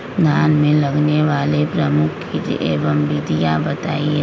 धान में लगने वाले प्रमुख कीट एवं विधियां बताएं?